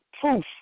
proof